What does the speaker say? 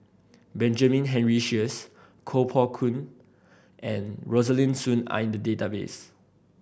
Benjamin Henry Sheares Koh Poh Koon and Rosaline Soon are in the database